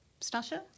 Stasha